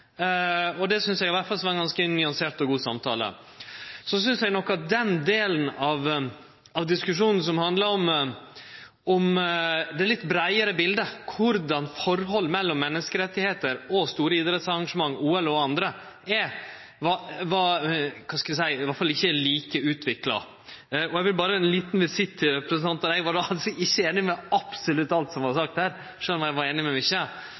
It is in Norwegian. og fremje våre idear overfor Russland. Det er komplisert. Eg synest i alle fall det har vore ein ganske nyansert og god samtale. Så synest eg nok at den delen av diskusjonen som handla om det litt breiare bildet, korleis forholdet mellom menneskerettar og store idrettsarrangement, OL og andre, er, at det – kva skal eg seie – i alle fall ikkje er like utvikla. Berre ein liten visitt til representantane: Eg er ikkje einig i absolutt alt som vart sagt her, sjølv om eg er einig